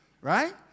Right